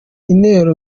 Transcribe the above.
intero